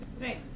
Right